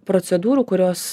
procedūrų kurios